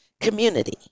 community